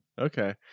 Okay